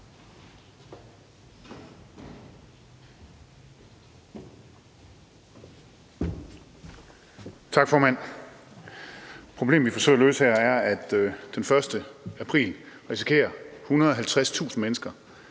Tak, formand. Problemet, vi forsøger at løse her, er, at den 1. april risikerer 150.000 mennesker,